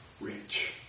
rich